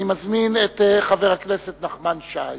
אני מזמין את חבר הכנסת נחמן שי